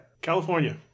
California